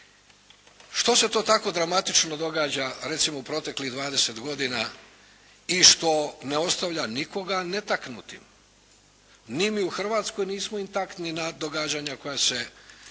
Što se to tako dramatično događa recimo u proteklih 20 godina i što ne ostavlja nikoga netaknutim. Ni mi u Hrvatskoj nismo intaktni na događanja koja se i